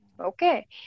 Okay